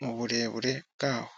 mu burebure bwawo.